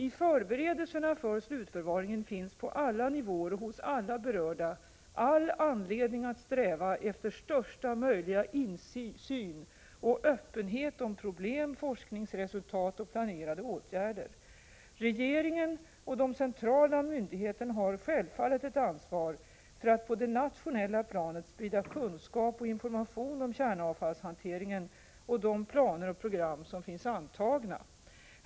I förberedelserna för slutförvaringen finns på alla nivåer och hos alla berörda all anledning att sträva efter största möjliga insyn och öppenhet i fråga om problem, forskningsresultat och planerade åtgärder. Regeringen och de centrala myndigheterna har självfallet ett ansvar för att på det nationella planet sprida kunskap och information om kärnavfallshanteringen och de planer och program som finns antagna.